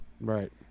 Right